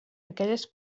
aquelles